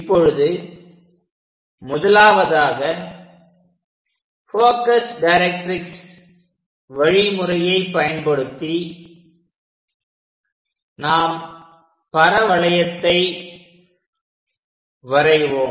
இப்பொழுது முதலாவதாக focus directrix வழிமுறையை பயன்படுத்தி நாம் பரவளையத்தை வரைவோம்